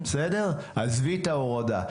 עזבי את ההורדה.